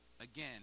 again